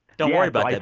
don't worry about that,